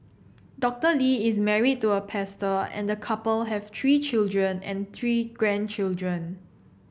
Doctor Lee is married to a pastor and a couple have three children and three grandchildren